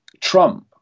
Trump